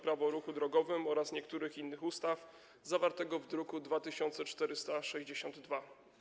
Prawo o ruchu drogowym oraz niektórych innych ustaw zawartego w druku nr 2462.